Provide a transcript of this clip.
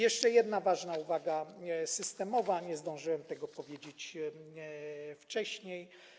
Jeszcze jedna ważna uwaga systemowa, nie zdążyłem tego powiedzieć wcześniej.